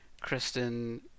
Kristen